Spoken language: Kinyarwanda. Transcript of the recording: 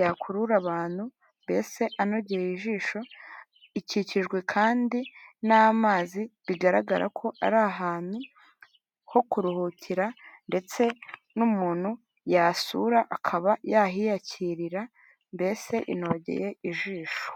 yakurura abantu mbese anogeye ijisho, ikikijwe kandi n'amazi bigaragara ko ari ahantu ho kuruhukira ndetse n'umuntu yasura akaba yahiyakirira mbese inogeye ijisho.